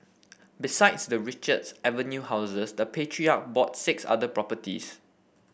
besides the Richards Avenue houses the patriarch bought six other properties